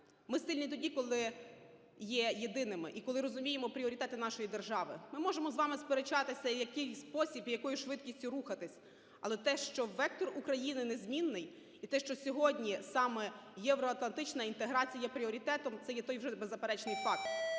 Ми сильні тоді, коли є єдиними і коли розуміємо пріоритети нашої держави. Ми можемо з вами сперечатися, в який спосіб і якою швидкістю рухатись, але те, що вектор України незмінний і те, що сьогодні саме євроатлантична інтеграція є пріоритетом, – це є той вже беззаперечний факт.